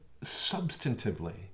substantively